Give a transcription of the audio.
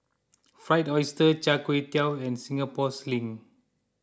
Fried Oyster Char Kway Teow and Singapore Sling